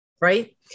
right